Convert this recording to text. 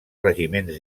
regiments